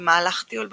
במהלך טיול בקניון,